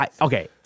okay